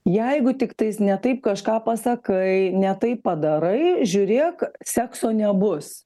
jeigu tiktais ne taip kažką pasakai ne taip padarai žiūrėk sekso nebus